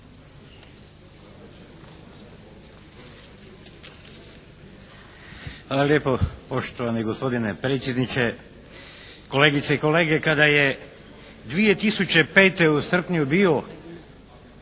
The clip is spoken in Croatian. Hvala lijepa poštovani gospodine predsjedniče. Kolegice i kolege kada je 2005. u srpnju bio